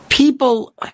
People